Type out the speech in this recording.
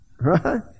right